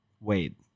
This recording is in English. Wait